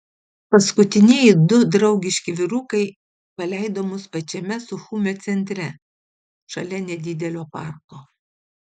paskutinieji du draugiški vyrukai paleido mus pačiame suchumio centre šalia nedidelio parko